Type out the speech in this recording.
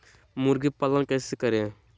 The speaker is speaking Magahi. मुर्गी पालन कैसे करें?